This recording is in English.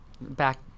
back